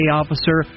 officer